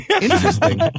Interesting